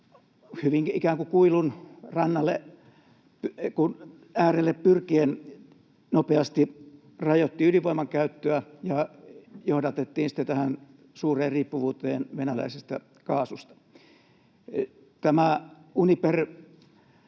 kuin kuilun äärelle pyrkien nopeasti rajoitti ydinvoiman käyttöä ja johdatti sitten tähän suureen riippuvuuteen venäläisestä kaasusta. Tämä